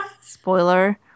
Spoiler